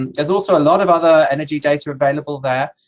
and there's also a lot of other energy data available, there.